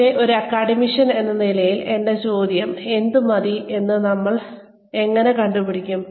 പക്ഷേ ഒരു അക്കാദമിഷ്യൻ എന്ന നിലയിൽ എന്റെ ചോദ്യം എന്ത് മതി എന്ന് നമ്മൾ എങ്ങനെ കണ്ടുപിടിക്കും